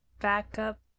backup